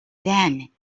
then